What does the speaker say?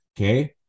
Okay